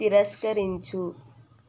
తిరస్కరించు